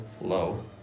low